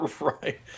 right